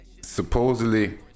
supposedly